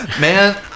Man